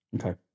Okay